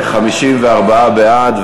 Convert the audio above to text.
54 בעד,